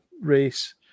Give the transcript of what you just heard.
Race